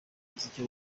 muziki